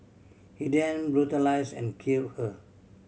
he then brutalised and killed her